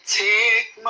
take